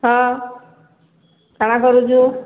ହଁ କ'ଣ କରୁଛୁ